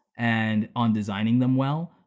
and on designing them well.